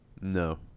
No